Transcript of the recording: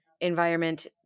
environment